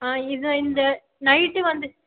இது இந்த நைட்டு வந்து